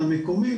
המקומי,